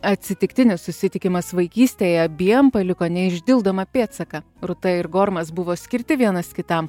atsitiktinis susitikimas vaikystėje abiem paliko neišdildomą pėdsaką ruta ir gormas buvo skirti vienas kitam